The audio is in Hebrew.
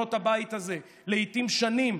במסדרונות הבית הזה לעיתים שנים,